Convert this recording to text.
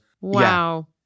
wow